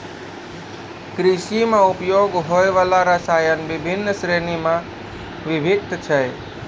कृषि म उपयोग होय वाला रसायन बिभिन्न श्रेणी म विभक्त छै